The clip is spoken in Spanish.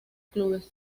clubes